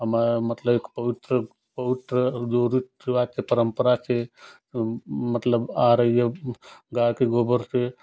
हमारा मतलब एक पवित्र पवित्र परंपरा से मतलब आ रही है गाय के गोबर से